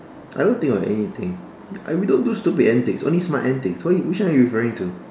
I don't think of anything I we don't do stupid antics only smart antics why which one are you referring to